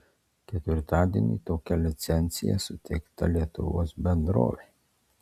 ketvirtadienį tokia licencija suteikta lietuvos bendrovei